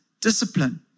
discipline